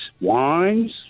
wines